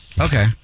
okay